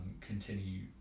continue